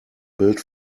built